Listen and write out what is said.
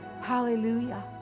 Hallelujah